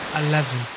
Eleven